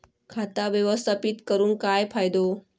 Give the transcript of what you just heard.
खाता व्यवस्थापित करून काय फायदो?